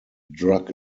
drug